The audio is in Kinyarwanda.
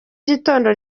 gitondo